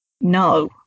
No